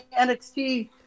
nxt